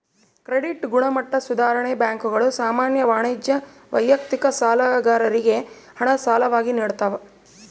credit ಗುಣಮಟ್ಟ ಸುಧಾರಣೆ ಬ್ಯಾಂಕುಗಳು ಸಾಮಾನ್ಯ ವಾಣಿಜ್ಯ ವೈಯಕ್ತಿಕ ಸಾಲಗಾರರಿಗೆ ಹಣ ಸಾಲವಾಗಿ ನಿಡ್ತವ